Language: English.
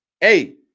Hey